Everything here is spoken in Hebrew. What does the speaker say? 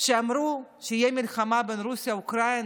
כשאמרו שתהיה מלחמה בין רוסיה לאוקראינה,